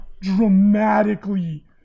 dramatically